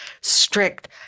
strict